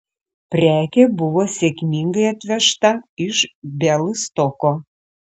prekė buvo sėkmingai atvežta iš bialystoko